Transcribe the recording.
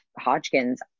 Hodgkin's